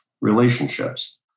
relationships